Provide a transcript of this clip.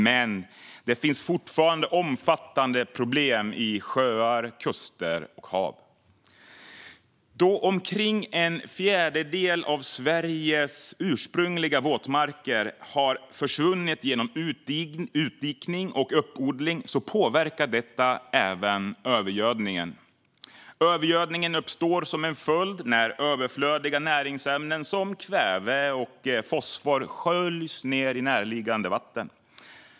Men det finns fortfarande omfattande problem i sjöar, vid kuster och i hav. Då omkring en fjärdedel av Sveriges ursprungliga våtmarker har försvunnit genom utdikning och uppodling påverkar detta även övergödningen. Övergödning uppstår som en följd av att överflödiga näringsämnen som kväve och fosfor sköljs ned i närliggande vatten.